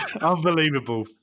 unbelievable